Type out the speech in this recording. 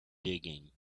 digging